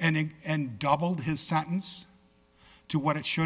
and doubled his sentence to what it should